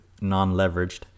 non-leveraged